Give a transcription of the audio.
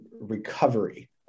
recovery